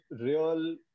real